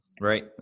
Right